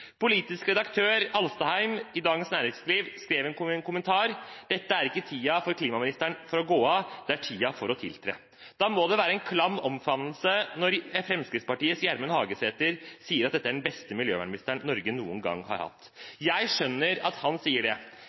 Politisk redaktør Alstadheim i Dagens Næringsliv skrev i en kommentar at dette er ikke tiden for klimaministeren for å gå av, det er tiden for å tiltre. Da må det være en klam omfavnelse når Fremskrittspartiets Gjermund Hagesæter sier at dette er den beste miljøministeren Norge noen gang har hatt. Jeg skjønner at han sier det.